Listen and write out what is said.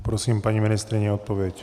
Poprosím paní ministryni o odpověď.